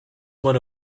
one